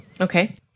Okay